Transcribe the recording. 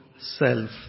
self